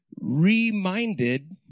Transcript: reminded